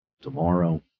tomorrow